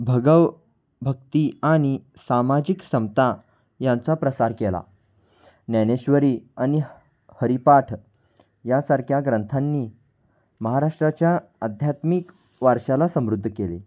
भगवभक्ती आणि सामाजिक समता यांचा प्रसार केला ज्ञानेश्वरी आणि हरीपाठ यासारख्या ग्रंथांनी महाराष्ट्राच्या आध्यात्मिक वारशाला समृद्ध केले